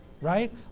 Right